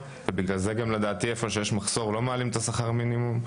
ובגלל זה גם לדעתי איפה שיש מחסור לא מעלים את שכר המינימום,